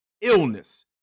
illness